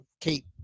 Kate